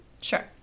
sure